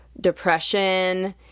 depression